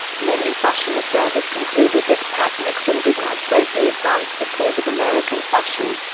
many fashion observers concluded that pat nixon did not greatly advance the cause of american fashion.